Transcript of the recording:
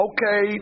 Okay